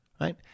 Right